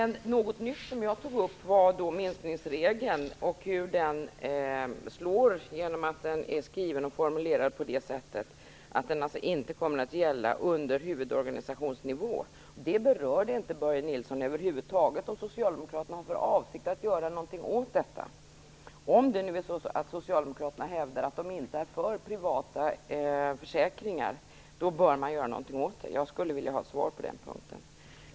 Något nytt som jag tog upp var minskningsregeln och hur den slår genom att den är skriven och formulerad så att den inte kommer att gälla under huvudorganisationsnivå. Börje Nilsson berörde över huvud taget inte detta eller om Socialdemokraterna har för avsikt att göra någonting åt det. Om nu Socialdemokraterna som de hävdar inte är för privata försäkringar bör man göra någonting åt minskningsregeln. Jag skulle vilja ha ett svar på den punkten.